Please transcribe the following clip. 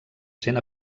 cent